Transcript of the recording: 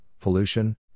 pollution